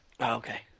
okay